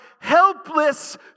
helpless